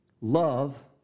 Love